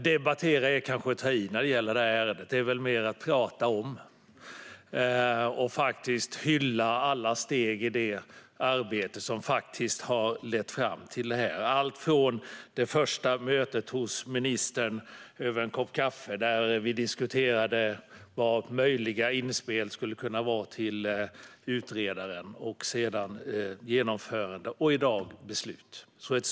"Debattera" är kanske att ta i när det gäller det här ärendet, för det handlar väl mer om att tala om det och hylla alla steg i det arbete som har lett fram till detta - alltifrån det första mötet över en kopp kaffe hos ministern, där vi diskuterade möjliga inspel till utredaren, fram till genomförande och beslut i dag.